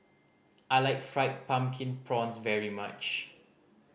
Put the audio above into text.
I like Fried Pumpkin Prawns very much